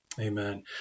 Amen